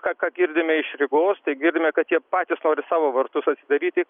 ką ką girdime iš rygos tai girdime kad jie patys nori savo vartus atsidaryti